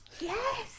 Yes